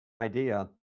idea